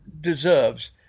deserves